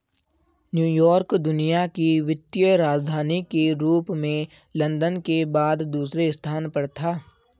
New York दुनिया की वित्तीय राजधानी के रूप में लंदन के बाद दूसरे स्थान पर था